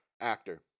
actor